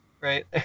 right